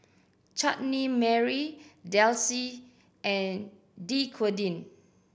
Chutney Mary Delsey and Dequadin